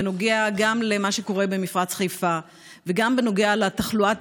גם בנוגע למה שקורה במפרץ חיפה וגם בנוגע לתחלואת